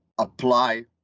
apply